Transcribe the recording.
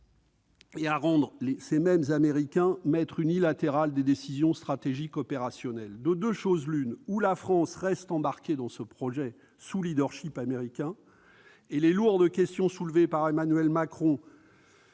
et de rendre les Américains maîtres unilatéraux des décisions stratégiques opérationnelles ? De deux choses l'une : ou la France reste embarquée dans ce projet sous leadership américain, et les lourdes questions soulevées par Emmanuel Macron